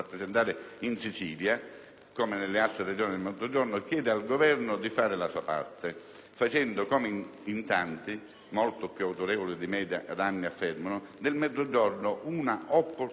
anche nelle altre Regioni del Mezzogiorno, chiede al Governo di fare la sua parte, facendo, come in tanti molto più autorevoli di me da anni affermano, del Mezzogiorno una opportunità per l'intero Paese.